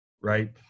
right